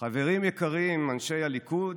חברים יקרים, אנשי הליכוד,